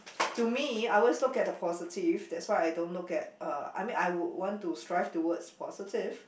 to me I always look at the positive that's why I don't look at uh I mean I would want to strive towards positive